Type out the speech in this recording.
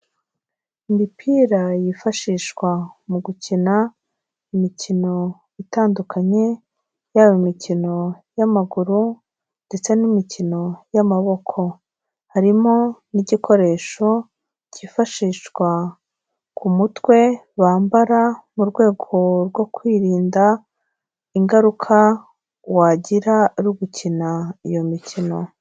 Imipira yifashishwa mu gukina imikino itandukanye, yaba imikino y'amaguru, ndetse n'imikino y'amaboko. Harimo n'igikoresho cyifashishwa ku mutwe bambara, mu rwego rwo kwirinda, ingaruka wagira uri gukina, iyo mikino.